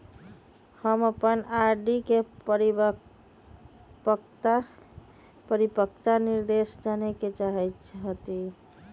हम अपन आर.डी के परिपक्वता निर्देश जाने के चाहईत हती